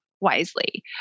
wisely